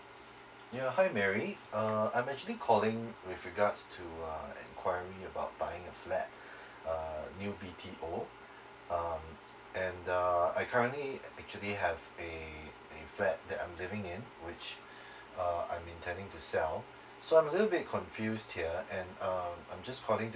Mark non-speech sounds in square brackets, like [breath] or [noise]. ya hi mary uh I'm actually calling with regards to uh enquiry about buying a flat [breath] uh new B_T_O um and uh I currently actually have a a flat that I'm living in which [breath] uh I'm intending to sell so I'm a little bit confused here and uh I'm just calling